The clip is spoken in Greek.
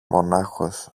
μονάχος